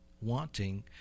wanting